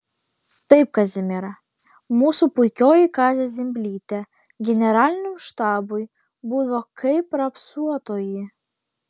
taip kazimiera mūsų puikioji kazė zimblytė generaliniam štabui būdavo kaip raupsuotoji